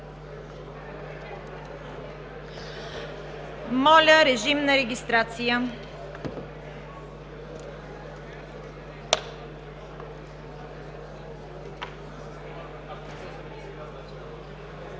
Моля, режим на регистрация.